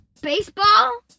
Baseball